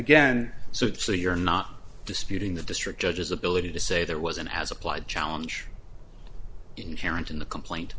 again so it so you're not disputing the district judges ability to say there was an as applied challenge inherent in the complaint